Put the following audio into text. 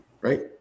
right